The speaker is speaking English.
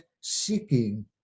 seeking